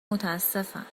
متاسفم